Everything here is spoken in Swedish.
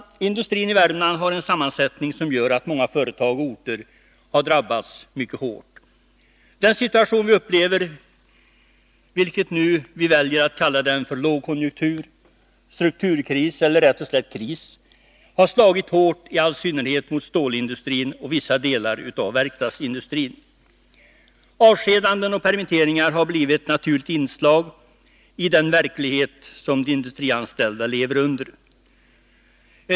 Industrin i Värmland har en sammansättning som gör att många företag och orter har drabbats mycket hårt. Den situation vi upplever — antingen vi väljer att kalla den för lågkonjunktur, för strukturkris eller rätt och slätt för kris — har slagit hårt i all synnerhet mot stålindustrin och vissa delar av verkstadsindustrin. Avskedanden och permitteringar har blivit ett naturligt inslag i den verklighet som de industrianställda lever under.